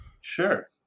sure